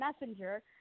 messenger